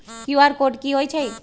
QR code कि हई छई?